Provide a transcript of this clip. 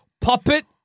puppet